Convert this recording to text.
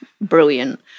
brilliant